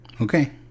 Okay